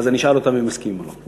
ואז אני אשאל אותם אם הם מסכימים או לא.